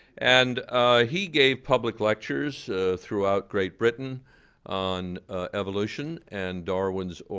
and he gave public lectures throughout great britain on evolution and darwin's